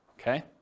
okay